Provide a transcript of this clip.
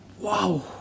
Wow